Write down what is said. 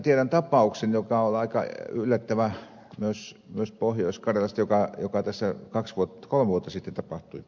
tiedän tapauksen joka oli aika yllättävä myös pohjois karjalassa joka tässä kolme vuotta sitten tapahtui